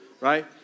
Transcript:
Right